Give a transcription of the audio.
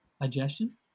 Digestion